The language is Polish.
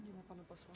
Nie ma pana posła.